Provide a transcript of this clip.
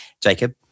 Jacob